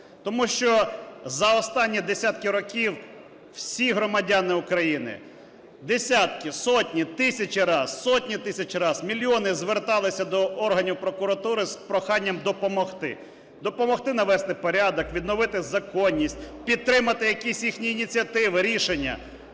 Тому що за останні десятки років усі громадяни України десятки, сотні, тисячі разів, сотні тисяч разів, мільйони зверталися до органів прокуратури з проханням допомогти. Допомогти навести порядок, відновити законність, підтримати якісь їхні ініціативи, рішення.